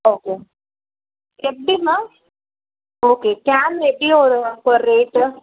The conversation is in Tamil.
ஓகே எப்படி மேம் ஓகே கேன் எப்படி ஒரு பெர் ரேட்டு